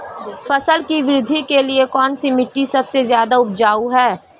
फसल की वृद्धि के लिए कौनसी मिट्टी सबसे ज्यादा उपजाऊ है?